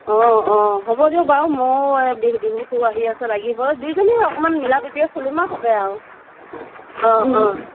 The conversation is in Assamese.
অ অ হ'ব দিয়ক বাৰু মোৰো এই বি বিহু চিহু আহি আছে লাগিবই দুইজনীয়ে অকণমান মিলা প্ৰীতিৰে চলিম আৰু তাতে আৰু অ অ